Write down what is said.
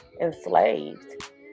enslaved